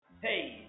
Hey